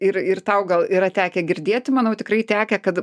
ir ir tau gal yra tekę girdėti manau tikrai tekę kad